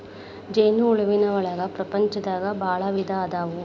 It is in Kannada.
ಜೇನ ಹುಳುವಿನ ಒಳಗ ಪ್ರಪಂಚದಾಗನ ಭಾಳ ವಿಧಾ ಅದಾವ